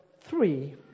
three